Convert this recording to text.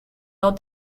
all